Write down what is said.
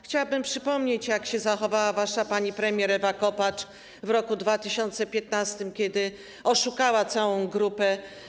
Chciałabym przypomnieć, jak się zachowała wasza pani premier Ewa Kopacz w roku 2015, kiedy oszukała całą grupę.